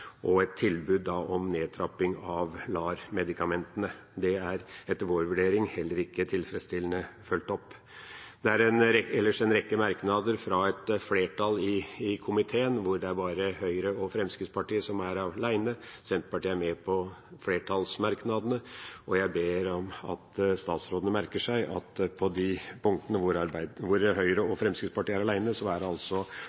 og et tilbud om nedtrapping av LAR-medikamentene. Det er, etter vår vurdering, heller ikke tilfredsstillende fulgt opp. Det er ellers en rekke merknader fra et flertall i komiteen, og hvor Høyre og Fremskrittspartiet er alene. Senterpartiet er med på flertallsmerknadene, og jeg ber om at statsrådene merker seg at på de punktene hvor